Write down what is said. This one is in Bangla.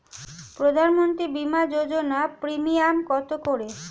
প্রধানমন্ত্রী বিমা যোজনা প্রিমিয়াম কত করে?